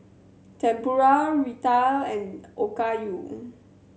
Tempura Raita and Okayu